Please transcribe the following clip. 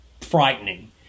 frightening